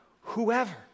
Whoever